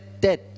dead